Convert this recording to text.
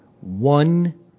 one